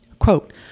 Quote